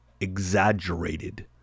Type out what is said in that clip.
exaggerated